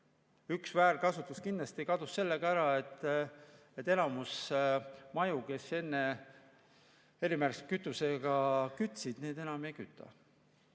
Üks väärkasutus kindlasti kadus sellega ära, et enamus maju, kes enne erimärgistatud kütusega kütsid, enam ei küta.